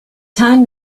time